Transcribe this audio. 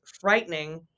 frightening